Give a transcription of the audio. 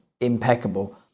impeccable